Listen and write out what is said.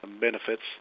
benefits